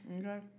Okay